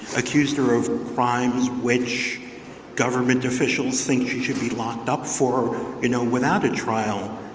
accused her of crimes which government officials think she should be locked up for you know without a trial